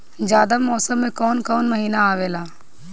जायद मौसम में कौन कउन कउन महीना आवेला?